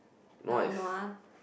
lao nua